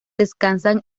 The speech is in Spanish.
descansan